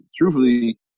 truthfully